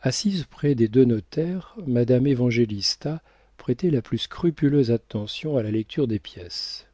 assise près des deux notaires madame évangélista prêtait la plus scrupuleuse attention à la lecture des pièces